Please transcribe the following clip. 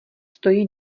stojí